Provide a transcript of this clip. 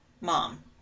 mom